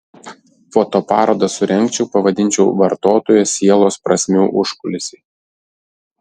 fotoparodą surengčiau pavadinčiau vartotojo sielos prasmių užkulisiai